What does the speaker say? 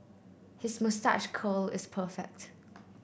his moustache curl is perfect